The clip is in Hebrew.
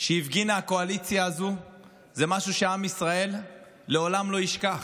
שהפגינה הקואליציה הזו היא משהו שעם ישראל לעולם לא ישכח.